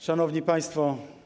Szanowni Państwo!